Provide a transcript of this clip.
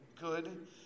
good